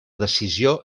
decisió